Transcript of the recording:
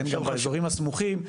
ואין גם באזורים הסמוכים,